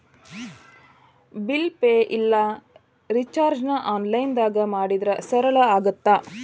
bill pay ಇಲ್ಲಾ ರಿಚಾರ್ಜ್ನ ಆನ್ಲೈನ್ದಾಗ ಮಾಡಿದ್ರ ಸರಳ ಆಗತ್ತ